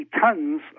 tons